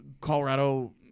colorado